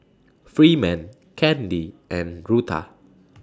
Freeman Candi and Rutha